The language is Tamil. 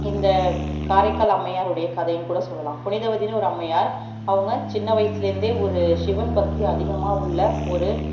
இந்த காரைக்கால் அம்மையார் உடைய கதையின் கூட சொல்லலாம் புனிதவதின்னு ஒரு அம்மையார் அவங்க சின்ன வயசுலர்ந்தே ஒரு சிவன் பக்தி அதிகமாக உள்ள ஒரு